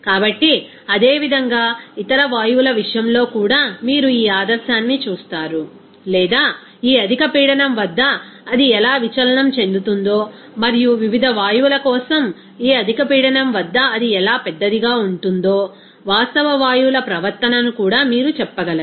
కాబట్టి అదే విధంగా ఇతర వాయువుల విషయంలో కూడా మీరు ఈ ఆదర్శాన్ని చూస్తారు లేదా ఈ అధిక పీడనం వద్ద అది ఎలా విచలనం చెందుతుందో మరియు వివిధ వాయువుల కోసం ఈ అధిక పీడనం వద్ద అది ఎలా పెద్దదిగా ఉంటుందో వాస్తవ వాయువుల ప్రవర్తనను కూడా మీరు చెప్పగలరు